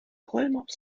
rollmops